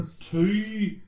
two